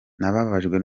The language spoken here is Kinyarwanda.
nababajwe